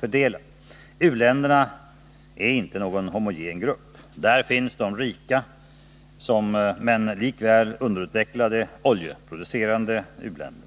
fördelad. U-länderna är inte någon homogen grupp. Där finns de rika, men likväl underutvecklade oljeproducerande länderna.